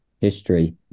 history